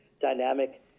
dynamic